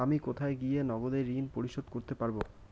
আমি কোথায় গিয়ে নগদে ঋন পরিশোধ করতে পারবো?